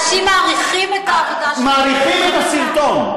אנשים מעריכים את העבודה, מעריכים את הסרטון.